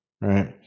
right